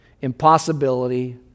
impossibility